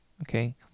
okay